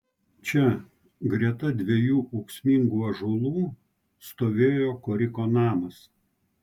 čia greta dviejų ūksmingų ąžuolų stovėjo koriko namas